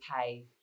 pay